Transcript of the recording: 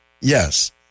yes